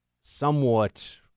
somewhat